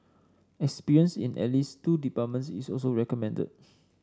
experience in at least two departments is also recommended